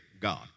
God